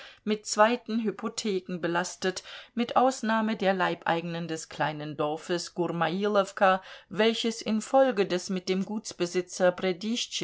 mit zweiten hypotheken belastet mit ausnahme der leibeigenen des kleinen dorfes gurmailowka welches infolge des mit dem